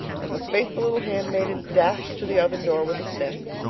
and the faithful little handmaiden dashed to the oven door with a sniff.